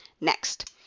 Next